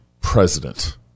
president